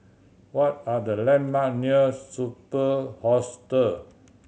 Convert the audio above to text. what are the landmark near Superb Hostel